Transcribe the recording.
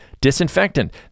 disinfectant